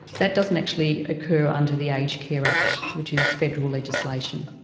that doesn't actually occur under the aged care act, which is federal legislation.